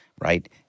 right